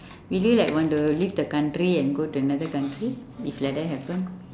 will you like want to leave the country and go to another country if like that happen